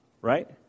Right